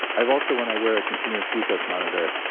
i've also, when i wear a continuous glucose monitor,